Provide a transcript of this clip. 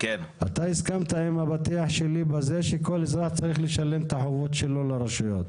אתה הסכמת עם הפתיח שלי שכל אזרח צריך לשלם את החובות שלו לרשויות,